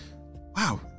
wow